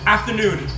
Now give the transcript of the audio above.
Afternoon